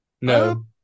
No